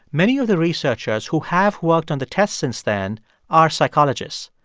many of the researchers who have worked on the tests since then are psychologists.